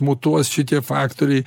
mutuos šitie faktoriai